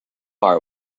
are